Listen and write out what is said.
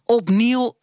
opnieuw